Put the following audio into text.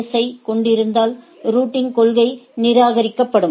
S ஐக் கொண்டிருந்தால் routing கொள்கை நிராகரிக்கப்படும்